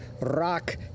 rock